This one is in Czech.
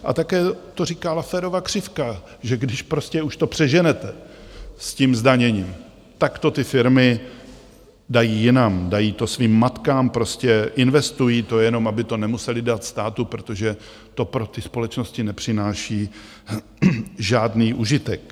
A také to říká Lafferova křivka, že když prostě už to přeženete s zdaněním, tak to ty firmy dají jinam, dají to svým matkám, prostě investují to, jenom aby to nemusely dát státu, protože to pro ty společnosti nepřináší žádný užitek.